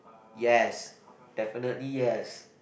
yes definitely yes